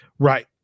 Right